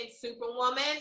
superwoman